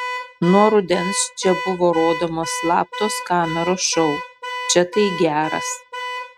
nuo rudens čia buvo rodomas slaptos kameros šou čia tai geras